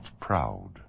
proud